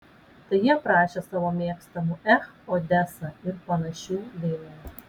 tai jie prašė savo mėgstamų ech odesa ir panašių dainų